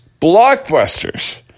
blockbusters